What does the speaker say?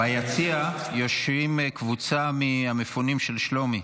ביציע יושבים קבוצה מהמפונים של שלומי,